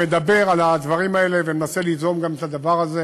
מדבר על הדברים האלה ומנסה ליזום גם את הדבר הזה,